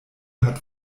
hat